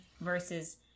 versus